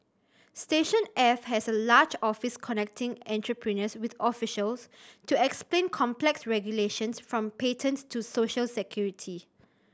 station F has a large office connecting entrepreneurs with officials to explain complex regulations from patents to social security